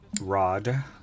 Rod